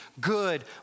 good